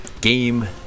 game